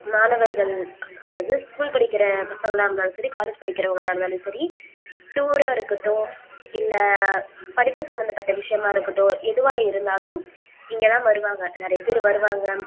மாணவர்கள் அதாவது ஸ்கூல் படிக்கிற பசங்களாக இருந்தாலும் சரி காலேஜ் படிக்கிறவங்களாக இருந்தாலும் சரி டூராக இருக்கட்டும் இல்லை படிப்பு சம்மந்தப்பட்ட விஷயமாருக்கட்டும் எதுவாக இருந்தாலும் இங்கே தான் வருவாங்க நிறைய பேர் வருவாங்க